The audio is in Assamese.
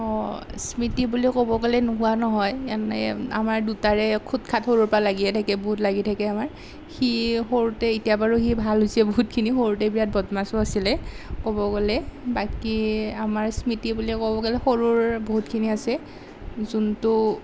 অ স্মৃতি বুলি ক'ব গ'লে নোহোৱা নহয় এনে আমাৰ দুটাৰে খুত খাত সৰুৰে পৰা লাগিয়ে থাকে বহুত লাগি থাকে আমাৰ সি সৰুতে এতিয়া বাৰু সি ভাল হৈছে বহুতখিনি সৰুতে বিৰাট বদমাছো আছিলে ক'ব গ'লে বাকী আমাৰ স্মৃতি বুলি ক'ব গ'লে সৰুৰ বহুতখিনি আছে যোনটো